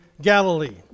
Galilee